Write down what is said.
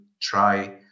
try